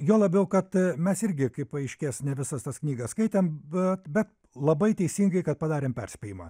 juo labiau kad mes irgi kaip paaiškės ne visas tas knygas skaitėm bet bet labai teisingai kad padarėm perspėjimą